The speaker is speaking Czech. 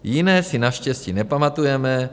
Jiné si naštěstí nepamatujeme.